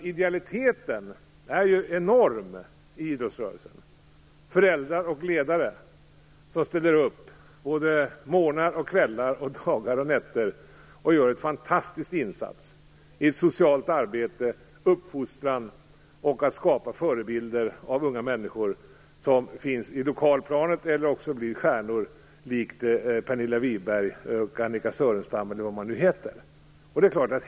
Idealiteten är enorm i idrottsrörelsen. Föräldrar och ledare ställer upp både morgnar och kvällar, dagar och nätter, och gör en fantastisk insats i socialt arbete, uppfostran och att skapa förebilder av unga människor som finns i lokalplanet eller blir stjärnor likt Pernilla Wiberg och Annika Sörenstam, eller vad de nu heter.